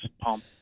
pump